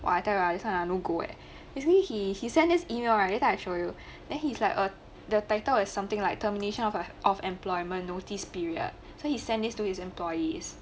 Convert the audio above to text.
well I tell you lah this one ah no goal eh basically he he he sent this email right later I show you then hes like err the title is something like termination of a of employment notice period so he sent this to his employees